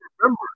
remember